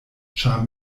ĉar